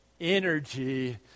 energy